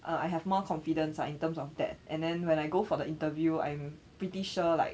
uh I have more confidence lah in terms of that and then when I go for the interview I'm pretty sure like